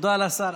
תודה לשר.